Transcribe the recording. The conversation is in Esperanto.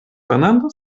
fernando